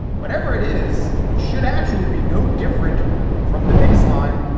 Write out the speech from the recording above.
whatever it is should actually be no different from the baseline,